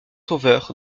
sauveur